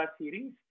series